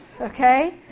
Okay